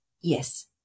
Yes